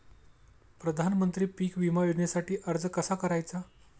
प्रधानमंत्री पीक विमा योजनेसाठी अर्ज कसा करायचा?